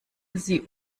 sie